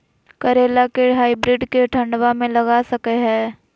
करेला के हाइब्रिड के ठंडवा मे लगा सकय हैय?